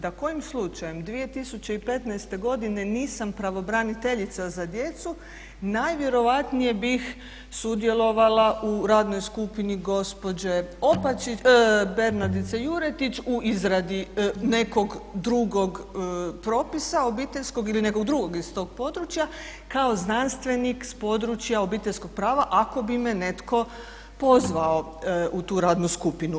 Da kojim slučajem 2015.godine nisam pravobraniteljica za djecu najvjerojatnije bih sudjelovala u radnoj skupini gospođe Bernardice Juretić u izradi nekog drugog propisa, obiteljskog ili nekog drugog iz tog područja kao znanstvenik s područja obiteljskog prava ako bi me netko pozvao u tu radnu skupinu.